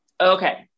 Okay